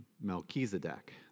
Melchizedek